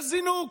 יש זינוק.